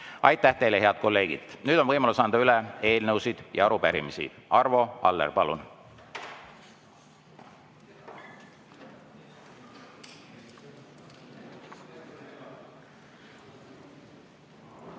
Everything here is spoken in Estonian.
teile, head kolleegid! Nüüd on võimalus anda üle eelnõusid ja arupärimisi. Arvo Aller, palun!